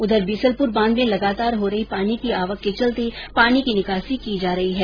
उधर बीसलपुर बांध में लगातार हो रही पानी की आवक के चलते पानी की निकासी की जा रही है